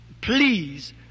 please